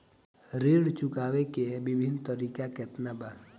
ऋण चुकावे के विभिन्न तरीका केतना बा?